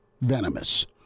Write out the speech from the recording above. venomous